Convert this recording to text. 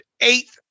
eighth